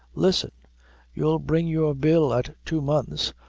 listen you'll bring your bill at two months,